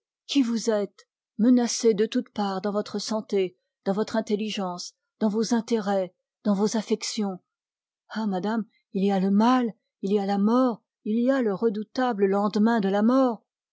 qui vous êtes menacée de toutes parts dans votre santé dans votre intelligence dans vos intérêts dans vos affections ah madame il y a le mal il y a la mort il y a le redoutable lendemain de la mort